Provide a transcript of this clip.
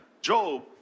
Job